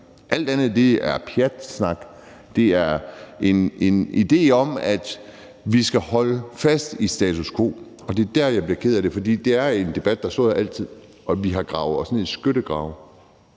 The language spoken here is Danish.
Alt andet er pjatsnak. Det er en idé om, at vi skal holde fast i status quo, og det er der, jeg bliver ked af det, for det er en debat, der har været her altid, og vi har gravet os ned i skyttegrave.